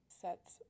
sets